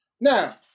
Now